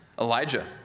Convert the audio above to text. Elijah